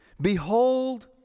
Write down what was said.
Behold